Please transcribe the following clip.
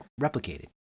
replicated